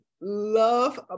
love